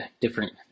different